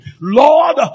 Lord